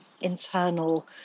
internal